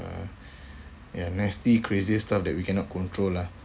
uh ya nasty crazier stuff that we cannot control lah